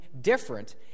different